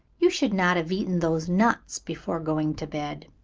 you should not have eaten those nuts before going to bed.